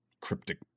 cryptic